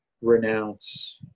renounce